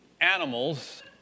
animals